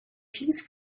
piece